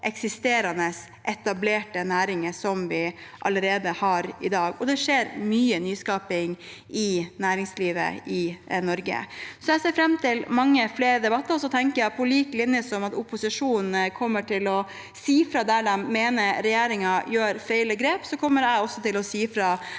eksisterende, etablerte næringer som vi allerede har i dag, og det skjer mye nyskaping i næringslivet i Norge. Jeg ser fram til mange flere debatter. Jeg tenker at på lik linje som opposisjonen kommer til å si ifra der de mener regjeringen tar feil grep, kommer jeg også til å si ifra